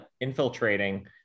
infiltrating